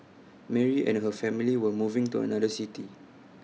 Mary and her family were moving to another city